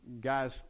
guy's